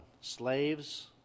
Slaves